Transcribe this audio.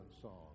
song